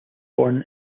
born